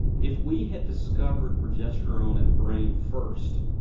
if we had discovered progesterone in the brain first,